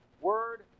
Word